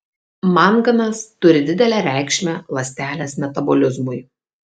manganas turi didelę reikšmę ląstelės metabolizmui